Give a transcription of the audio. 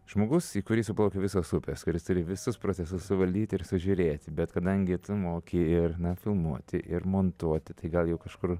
žmogus į kurį suplaukia visos upės kuris turi visus procesus suvaldyti ir sužiūrėti bet kadangi tu moki ir na filmuoti ir montuoti tai gal jau kažkur